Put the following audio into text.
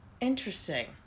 Interesting